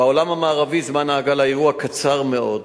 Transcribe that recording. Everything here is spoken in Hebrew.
בעולם המערבי זמן ההגעה לאירוע קצר מאוד,